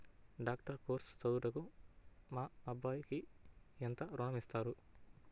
Doctor course చదువుటకు మా అబ్బాయికి ఎంత ఋణం ఇస్తారు?